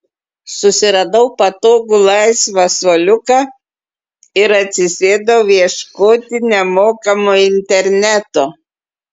susiradau patogų laisvą suoliuką ir atsisėdau ieškoti nemokamo interneto